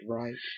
right